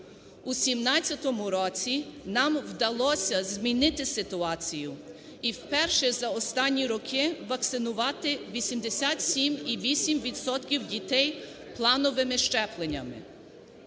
У 2017 році нам вдалося змінити ситуацію. І вперше за останні роки вакцинувати 87,8 відсотків дітей плановими щепленнями.